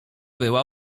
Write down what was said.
była